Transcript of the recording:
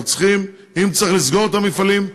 אם צריך לסגור את המפעלים,